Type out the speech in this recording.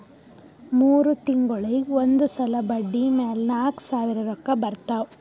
ಮೂರ್ ತಿಂಗುಳಿಗ್ ಒಂದ್ ಸಲಾ ಬಡ್ಡಿ ಮ್ಯಾಲ ನಾಕ್ ಸಾವಿರ್ ರೊಕ್ಕಾ ಬರ್ತಾವ್